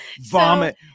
Vomit